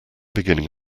beginning